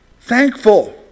thankful